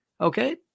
okay